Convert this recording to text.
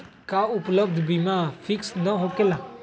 का उपलब्ध बीमा फिक्स न होकेला?